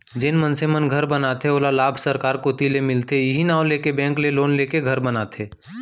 जेन मनसे मन घर बनाथे ओला लाभ सरकार कोती ले मिलथे इहीं नांव लेके बेंक ले लोन लेके घर बनाथे